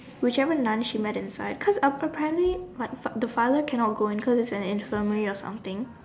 whichever Nun she met inside cause apparently like the father cannot go in cause it's like an infirmary or something